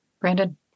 Brandon